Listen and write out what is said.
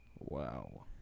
Wow